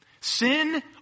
Sin